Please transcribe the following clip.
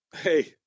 Hey